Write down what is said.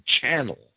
channel